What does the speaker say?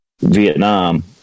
Vietnam